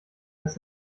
dass